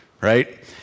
right